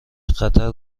خطر